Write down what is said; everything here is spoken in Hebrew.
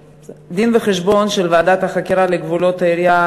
דין-וחשבון של ועדת החקירה לגבולות העיריות